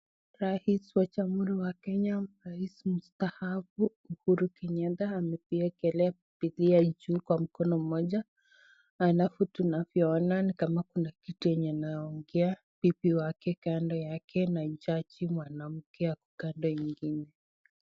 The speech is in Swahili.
Rais wa jamhuri ya Kenya, rais mstaafu Uhuru Kenyatta amejiekelea kupitia juu kwa mkono mmoja alafu tunavyoona ni kama kuna kitu yenye anaaongea bibi wake kando yake na jaji mwanamke ako kando ingine.